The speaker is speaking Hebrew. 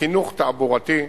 חינוך תעבורתי,